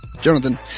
Jonathan